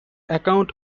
account